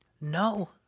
No